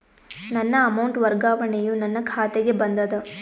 ನನ್ನ ಅಮೌಂಟ್ ವರ್ಗಾವಣೆಯು ನನ್ನ ಖಾತೆಗೆ ಬಂದದ